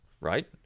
Right